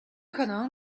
可能